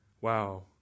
Wow